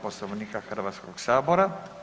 Poslovnika Hrvatskog sabora.